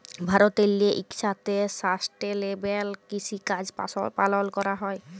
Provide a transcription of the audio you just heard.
ভারতেল্লে ইকসাথে সাস্টেলেবেল কিসিকাজ পালল ক্যরা হ্যয়